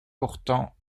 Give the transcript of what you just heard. pourtant